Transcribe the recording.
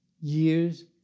years